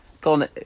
Gone